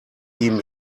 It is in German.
ihm